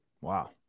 Wow